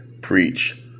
Preach